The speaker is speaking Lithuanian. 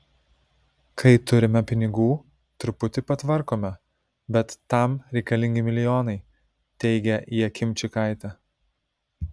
kai turime pinigų truputį patvarkome bet tam reikalingi milijonai teigia jakimčikaitė